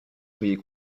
soyez